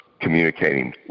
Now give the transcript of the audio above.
communicating